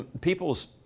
people's